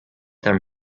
their